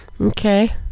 Okay